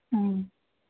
ହୁଁ